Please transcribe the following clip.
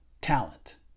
talent